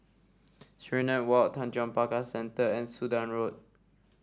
Serenade Walk Tanjong Pagar Centre and Sudan Road